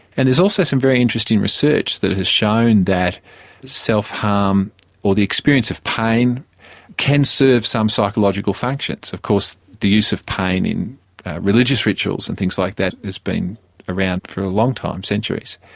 and there's also some very interesting research that has shown that self harm or the experience of pain can serve some psychological functions. of course the use of pain in religious rituals and things like that has been around for a long time, centuries.